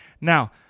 Now